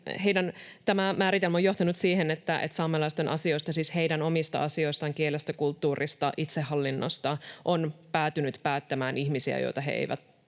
Tämä määritelmä on johtanut siihen, että saamelaisten asioista, siis heidän omista asioistaan — kielestä, kulttuurista, itsehallinnosta — on päätynyt päättämään ihmisiä, joita he eivät